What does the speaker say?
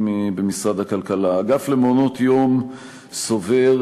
במשרד הכלכלה: האגף למעונות-יום סובר,